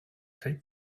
take